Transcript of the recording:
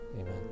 Amen